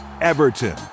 everton